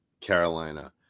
Carolina